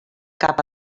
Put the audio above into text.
cap